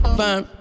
fine